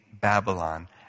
Babylon